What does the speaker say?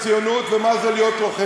אתה ממשיך להפריע.